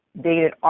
dated